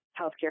healthcare